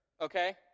okay